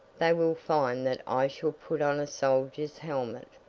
they will find that i shall put on a soldier's helmet.